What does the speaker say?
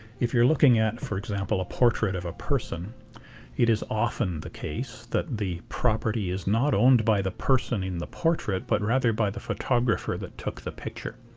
if you're looking at, for example, a portrait of a person it is often the case that the property is not owned by the person in the portrait but rather by the photographer that took the picture.